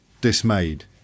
dismayed